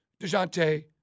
DeJounte